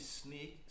sneak